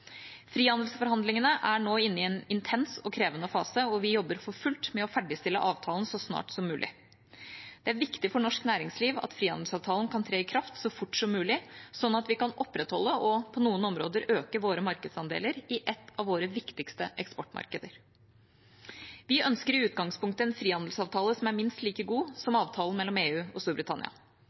Frihandelsforhandlingene er nå inne i en intens og krevende fase, og vi jobber for fullt med å ferdigstille avtalen så snart som mulig. Det er viktig for norsk næringsliv at frihandelsavtalen kan tre i kraft så fort som mulig, slik at vi kan opprettholde, og på noen områder øke, våre markedsandeler i ett av våre viktigste eksportmarkeder. Vi ønsker i utgangspunktet en frihandelsavtale som er minst like god som avtalen mellom EU og Storbritannia.